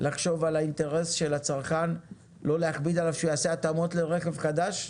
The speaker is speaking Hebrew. לחשוב על האינטרס של הצרכן לא להכביד עליו שהוא יעשה התאמות לרכב חדש?